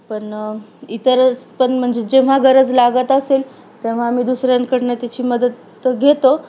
पण इतरच पण म्हणजे जेव्हा गरज लागत असेल तेव्हा आम्ही दुसऱ्यांकडनं त्याची मदत तर घेतो